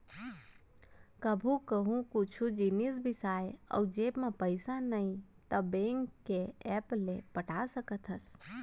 कभू कहूँ कुछु जिनिस बिसाए अउ जेब म पइसा नइये त बेंक के ऐप ले पटा सकत हस